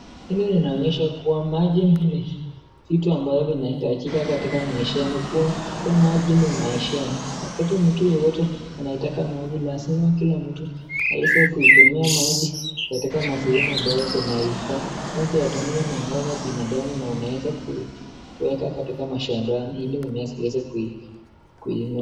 Hili linaonyesha kuwa maji ni kitu ambacho inahitajika katika maishani kuwa maji ni maishani. Wakati mtu yeyote anahitaka maji lazima kila mtu aweze kuitumia maji katika sehemu ambazo zinafaa. Anaweza itumia na ng'ombe binadamu na unaweza kuiweka katika mashambani ili mimea siweze kui kua.